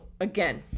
again